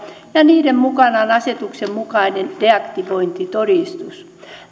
ja niiden mukana on asetuksen mukainen deaktivointitodistus